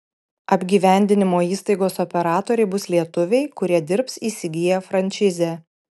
apgyvendinimo įstaigos operatoriai bus lietuviai kurie dirbs įsigiję frančizę